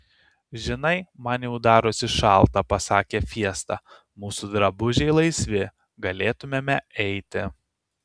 žinai man jau darosi šalta pasakė fiesta mūsų drabužiai laisvi galėtumėme eiti